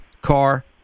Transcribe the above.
car